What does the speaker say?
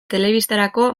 telebistarako